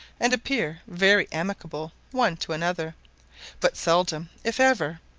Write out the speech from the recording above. and appear very amicable one to another but seldom, if ever,